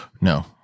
No